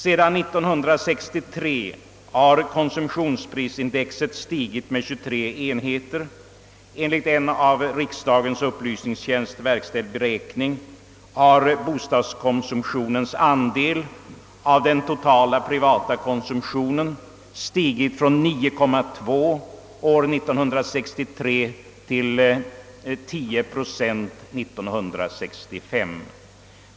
Sedan år 1963 har konsumtionsprisindex stigit med 23 enheter, Enligt en av riksdagens upplysningstjänst verkställd beräkning har bostadskonsumtionens andel av den totala privata konsumtionen gått upp från 9,2 procent år 1963 till 10 procent år 1965.